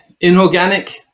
inorganic